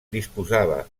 disposava